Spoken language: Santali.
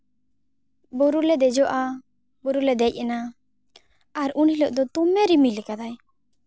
ᱵᱩᱨᱩᱞᱮ ᱫᱮᱡᱚᱜᱼᱟ ᱵᱩᱨᱩᱞᱮ ᱫᱮᱡ ᱮᱱᱟ ᱟᱨ ᱩᱱ ᱦᱤᱞᱳᱜ ᱫᱚ ᱫᱚᱢᱮ ᱨᱤᱢᱤᱞ